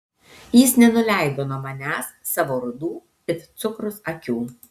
jis nenuleido nuo manęs savo rudų it cukrus akių